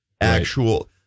actual